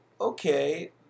okay